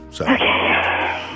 Okay